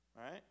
right